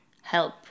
help